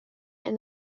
and